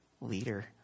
leader